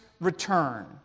return